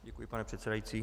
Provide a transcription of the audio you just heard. Děkuji, pane předsedající.